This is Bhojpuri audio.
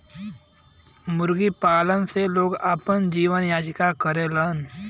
सरसो के फसलिया कांटे खातिन क लोग चाहिए?